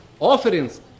offerings